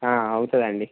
అవుతుందండి